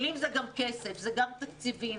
כלים זה גם כסף וגם תקציבים,